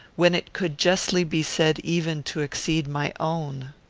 when it could justly be said even to exceed my own!